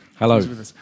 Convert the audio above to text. Hello